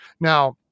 Now